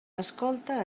escolta